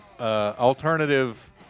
Alternative